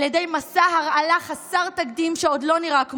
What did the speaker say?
ידי מסע הרעלה חסר תקדים שעוד לא נראה כמותו.